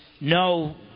no